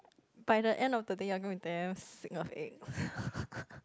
by the end of the day you are gonna be damn sick of eggs